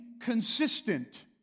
consistent